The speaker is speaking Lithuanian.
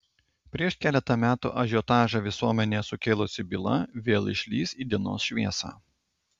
prieš keletą metų ažiotažą visuomenėje sukėlusi byla vėl išlįs į dienos šviesą